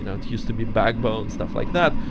you know it's used to be backbone, stuff like that.